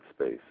space